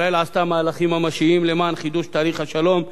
ישראל עשתה מהלכים ממשיים למען חידוש תהליך השלום,